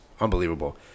unbelievable